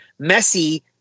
Messi